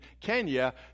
Kenya